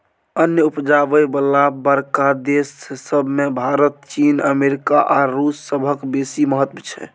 अन्न उपजाबय बला बड़का देस सब मे भारत, चीन, अमेरिका आ रूस सभक बेसी महत्व छै